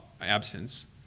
absence